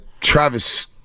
travis